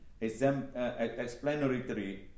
explanatory